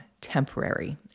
temporary